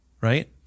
right